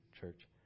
church